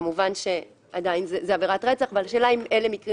כמובן שעדיין מדובר בעבירת רצח אבל השאלה אם אלה מקרים